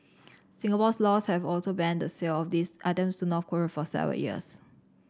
Singapore's laws have also banned the sale of these items to North Korea for several years